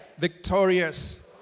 Victorious